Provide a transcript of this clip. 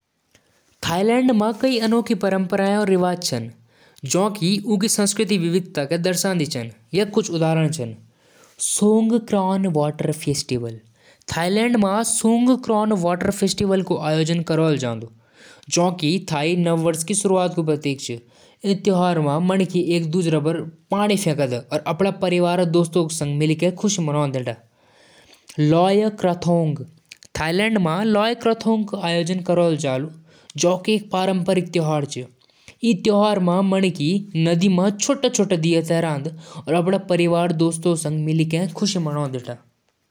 जर्मनी क संस्कृति तकनीकी और कला म खास होलु। यहां क लोग मेहनती और अनुशासन प्रिय होलु। बियर और ब्रेड यहां क खानपान म प्रमुख होलु। ओक्टोबरफेस्ट यहां क प्रसिद्ध त्योहार होलु। जर्मन भाषा क साहित्य, जैसे गेटे और काफ्का क रचनाएं, दुनिया भर म पढ़ी जालु। बाख और बीथोवन जैंसौ संगीतकार यहां पैदा होलि।